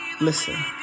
Listen